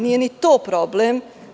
Nije ni to problem.